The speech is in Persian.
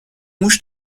موش